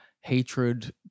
hatred